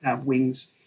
wings